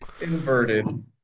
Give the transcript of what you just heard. inverted